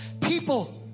people